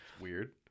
Weird